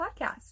podcast